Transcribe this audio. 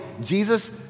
Jesus